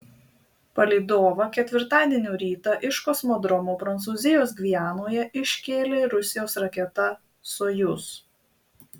palydovą ketvirtadienio rytą iš kosmodromo prancūzijos gvianoje iškėlė rusijos raketa sojuz